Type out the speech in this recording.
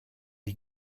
die